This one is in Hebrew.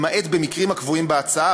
למעט במקרים הקבועים בהצעה,